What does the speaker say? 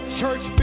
church